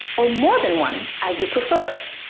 or more than one, as you prefer.